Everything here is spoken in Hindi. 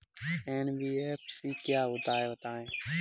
एन.बी.एफ.सी क्या होता है बताएँ?